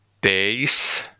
days